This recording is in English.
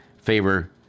favor